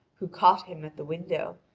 who caught him at the window,